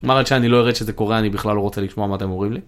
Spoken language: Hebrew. אמרת שאני לא אראה שזה קורה, אני בכלל לא רוצה לשמוע מה אתם אומרים לי.